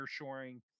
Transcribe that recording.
nearshoring